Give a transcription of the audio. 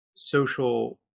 social